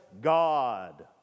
God